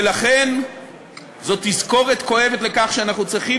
ולכן זו תזכורת כואבת לכך שאנחנו צריכים